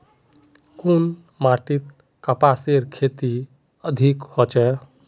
कुन माटित कपासेर खेती अधिक होचे?